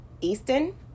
Easton